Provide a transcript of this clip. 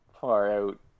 far-out